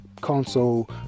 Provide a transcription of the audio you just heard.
console